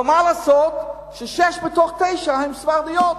אבל מה לעשות ששש מתוך תשע הן ספרדיות.